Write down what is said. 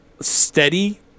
steady